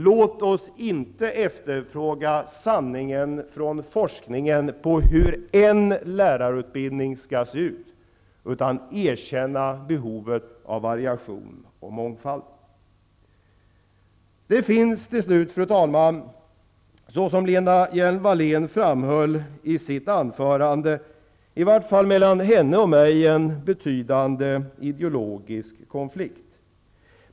Låt oss inte med hjälp av forskning efterfråga sanningen om hur en lärarutbildning skall se ut, utan låt oss erkänna behovet av variation och mångfald. Fru talman! Till slut finns det, som Lena Hjelm Wallén framhöll i sitt anförande, i vart fall mellan henne och mig en betydande ideologisk konflikt.